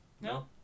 No